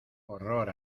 horror